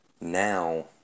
now